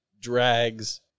drags